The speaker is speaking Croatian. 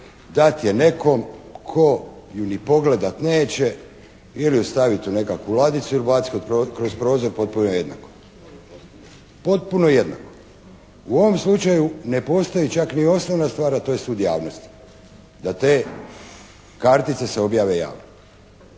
dati je nekom tko ju ni pogledat neće ili ju staviti u nekakvu ladicu ili ju baciti kroz prozor potpuno je jednako, potpuno je jednako. U ovom slučaju ne postoji čak ni osnovna stvar, a to je sud javnosti. Da te kartice se objave javno.